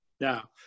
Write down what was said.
Now